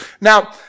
Now